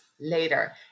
later